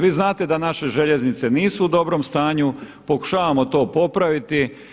Vi znate da naše željeznice nisu u dobrom stanju, pokušavamo to popraviti.